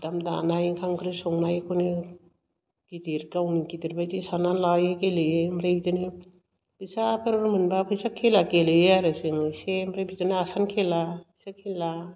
सुदाम दानाय ओंखाम ओंख्रि संनायखौनो गिदिर गावनो गिदिरबादि सान्नानै लायो गेलेयो ओमफाय बिदिनो फैसाफोर मोनबा फैसा खेला गेलेयो आरो जों एसे ओमफ्राय बिदिनो आसान खेला फैसा खेला